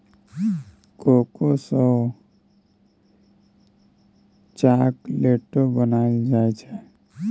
cocoa सँ चाकलेटो बनाइल जाइ छै